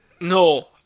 No